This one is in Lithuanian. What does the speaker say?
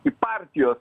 į partijos